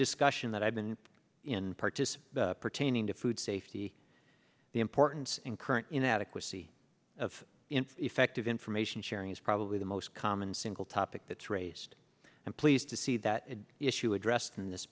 discussion that i've been in participate pertaining to food safety the importance in current inadequacy of in effective information sharing is probably the most common single topic that's raised and pleased to see that an issue addressed in this